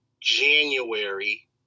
january